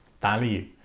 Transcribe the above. value